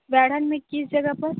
वर्णन में किस जगह पर